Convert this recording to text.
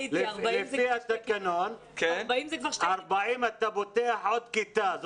לפי התקנות, אם יש 40 תלמידים אתה פותח עוד כיתה.